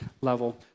level